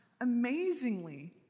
amazingly